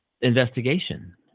investigation